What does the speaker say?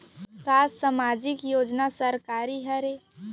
का सामाजिक योजना सरकारी हरे?